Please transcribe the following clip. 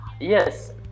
Yes